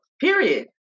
Period